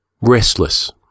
restless